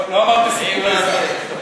טוב, לא אמרתי סיפורי סבתא.